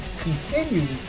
continues